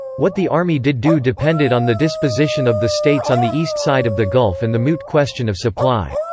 what the army did do depended on the disposition of the states on the east side of the gulf and the moot question of supply.